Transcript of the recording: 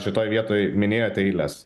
šitoj vietoj minėjot eiles